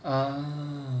ah